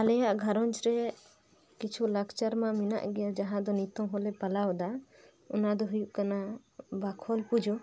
ᱟᱞᱮᱭᱟᱧᱡ ᱨᱮ ᱠᱤᱪᱷᱩ ᱞᱟᱠᱪᱟᱨ ᱢᱟ ᱢᱮᱱᱟᱜ ᱜᱮ ᱡᱟᱦᱟᱸ ᱫᱚ ᱱᱤᱛᱚᱜ ᱦᱚᱞᱮ ᱯᱟᱞᱟᱣ ᱮᱫᱟ ᱚᱱᱟ ᱫᱚ ᱦᱩᱭᱩᱜ ᱠᱟᱱᱟ ᱵᱟᱠᱷᱳᱞ ᱯᱩᱡᱳ